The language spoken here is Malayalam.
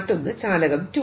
മറ്റൊന്ന് ചാലകം 2